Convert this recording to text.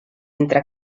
entre